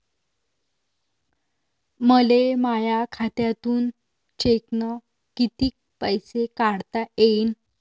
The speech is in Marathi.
मले माया खात्यातून चेकनं कितीक पैसे काढता येईन?